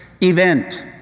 event